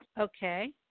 Okay